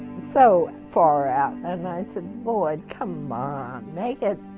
so far out and i said lloyd come on, make it